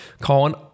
Colin